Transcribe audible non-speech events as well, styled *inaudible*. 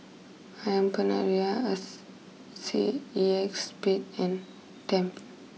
Ayam Penyet Ria *unintelligible* C E X Spade and Tempt